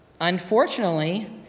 unfortunately